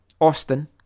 Austin